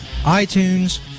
iTunes